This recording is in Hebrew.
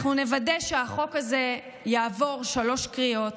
אנחנו נוודא שהחוק הזה יעבור בשלוש קריאות